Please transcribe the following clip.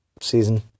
season